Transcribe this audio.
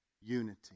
unity